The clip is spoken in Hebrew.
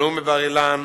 הנאום בבר-אילן,